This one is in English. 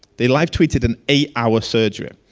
they live tweeted an eight hour surgery.